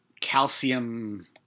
calcium